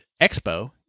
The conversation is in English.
expo